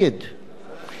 ולכן,